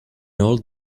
old